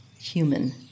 human